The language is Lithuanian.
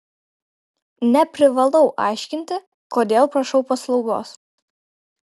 neprivalau aiškinti kodėl prašau paslaugos